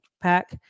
pack